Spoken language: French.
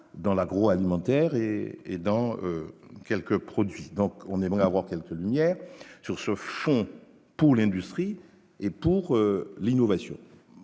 dans l'agroalimentaire et et dans quelques produits, donc on aimerait avoir quelques lumières surchauffe font pour l'industrie et pour l'innovation,